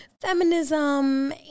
feminism